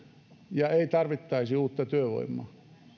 ja ei tarvittaisi uutta työvoimaa